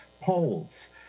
polls